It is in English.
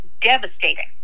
devastating